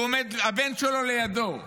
הוא עומד, הבן שלו לידו,